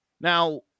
Now